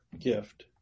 gift